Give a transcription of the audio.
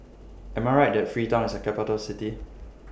Am I Right that Freetown IS A Capital City